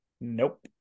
Nope